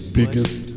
biggest